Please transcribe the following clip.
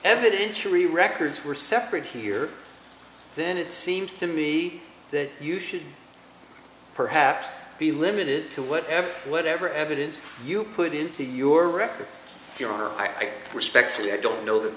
evidence really records were separate here then it seems to me that you should perhaps be limited to whatever whatever evidence you put into your record your honor i respectfully i don't know